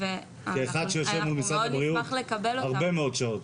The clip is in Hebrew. כאחד שיושב מול משרד הבריאות הרבה מאוד שעות.